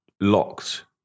locked